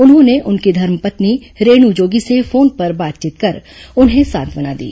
उन्होंने उनकी धर्मपत्नी रेणु जोगी से फोन पर बातचीत कर उन्हें सांत्वना दी